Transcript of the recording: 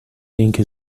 اینکه